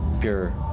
pure